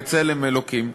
בצלם אלוקים.